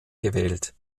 gewählt